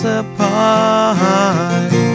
apart